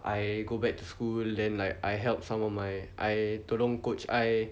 I go back to school then like I help some of my I tolong coach I